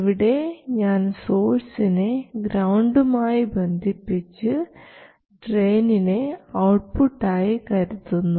ഇവിടെ ഞാൻ സോഴ്സിനെ ഗ്രൌണ്ടും ആയി ബന്ധിപ്പിച്ച് ഡ്രെയിനിനെ ഔട്ട്പുട്ട് ആയി കരുതുന്നു